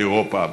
באירופה,